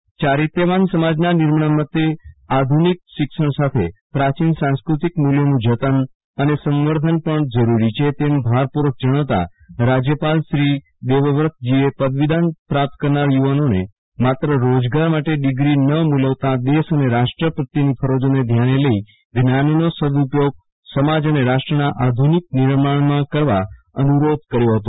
યારિત્ર્યવાન સમાજના નિમાર્ણ માટે આધુનિક શિક્ષણ સાથે પ્રાચિન સાંસ્કૃતિક મૂલ્યોનું જતન અને સંવર્ધન પણ જરૂરી છે તેમ ભારપૂર્વક જણાવતાં રાજયપાલશ્રી દેવવ્રતજીએ પદવી પ્રાપ્ત કરનાર યુવાનોને માત્ર રોજગાર માટે ડ્રિગ્રીને ન મુલવતાં દેશ અને રાષ્ટ્ર પ્રત્યેની ફરજોને ધ્યાને લઇ જ્ઞાનનો સદઉપયોગ સમાજ અને રાષ્ટ્રના આધુનિક નિર્માણમાં કરવા અનુરોધ કર્યો હતો